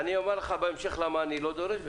אני אומר לך בהמשך למה אני לא דורש מכולם.